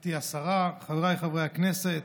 גברתי השרה, חבריי חברי הכנסת,